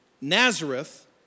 Nazareth